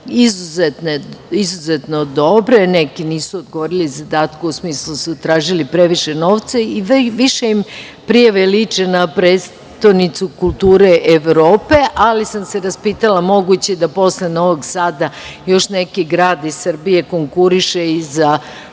izuzetno dobre. Neki nisu odgovorili zadatku u smislu da su tražili previše novca i više im prijave liče na prestonicu kulture Evrope, ali sam se raspitala, moguće je da posle Novog Sada još neki grad iz Srbije konkuriše i za